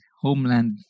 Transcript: Homeland